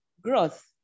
growth